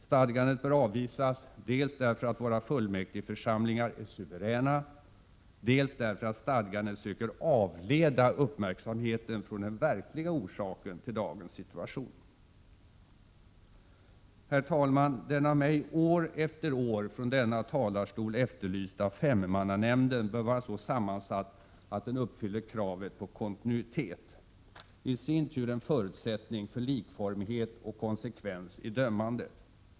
Stadgandet bör avvisas dels därför att våra fullmäktigeförsamlingar är suveräna, dels därför att stadgandet söker avleda uppmärksamheten från den verkliga orsaken till dagens situation. Herr talman! Den av mig år efter år i denna talarstol efterlysta femmannanämnden bör vara så sammansatt att den uppfyller kravet på kontinuitet, i sin tur en förutsättning för likformighet och konsekvens i dömandet.